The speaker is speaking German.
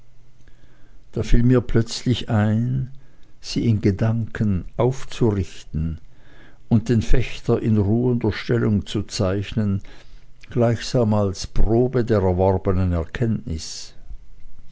da fiel mir plötzlich ein sie in gedanken aufzurichten und den fechter in ruhender stellung zu zeichnen gleichsam als probe der erworbenen kenntnis